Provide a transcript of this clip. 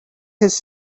his